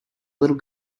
little